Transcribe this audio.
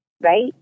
right